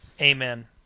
Amen